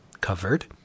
covered